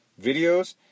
videos